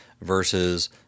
versus